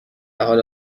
حال